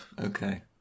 Okay